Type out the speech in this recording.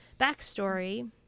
backstory